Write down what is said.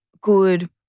good